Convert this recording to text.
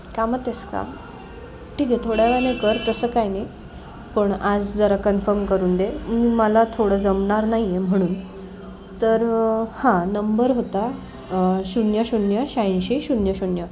कामात आहेस का ठीक आहे थोड्या वेळाने कर तसं काय नाही पण आज जरा कन्फम करून दे मी मला थोडं जमणार नाही आहे म्हणून तर हां नंबर होता शून्य शून्य शहाऐंशी शून्य शून्य